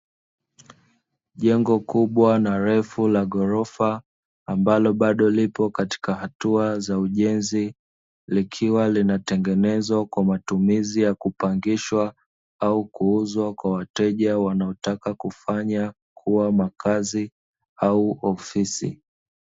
Jengo kubwa na refu la gorofa, ambalo bado lipo katika hatua za ujenzi, likiwa linatenezwa kwa matumizi ya kupangishwa au kuuzwa wa wateja wanaotaka kufanya kuwa makazi au ofisi.